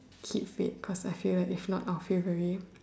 keep fit cause I feel like if not I'll feel very